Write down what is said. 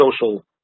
social